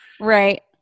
right